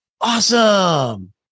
awesome